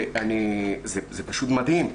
זה פשוט מדהים.